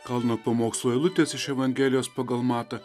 kalno pamokslo eilutės iš evangelijos pagal matą